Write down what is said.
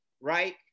right